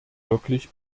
wirklich